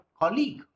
colleague